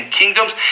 kingdoms